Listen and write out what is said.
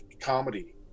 comedy